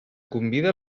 convida